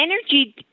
energy